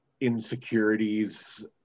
insecurities